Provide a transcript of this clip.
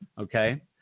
okay